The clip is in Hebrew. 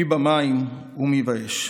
מי במים ומי באש.